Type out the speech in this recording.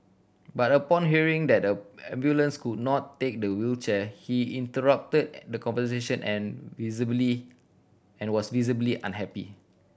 but upon hearing that a ambulance could not take the wheelchair he interrupted the conversation and visibly and was visibly unhappy